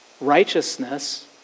Righteousness